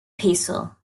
peaceful